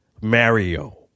Mario